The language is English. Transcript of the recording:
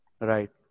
Right